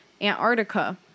Antarctica